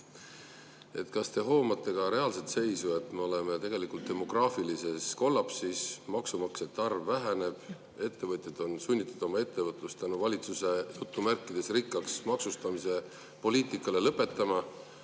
Kas te hoomate ka reaalset seisu, et me oleme tegelikult demograafilises kollapsis, maksumaksjate arv väheneb, ettevõtjad on sunnitud oma ettevõtlust valitsuse "rikkaks maksustamise" poliitika tõttu lõpetama?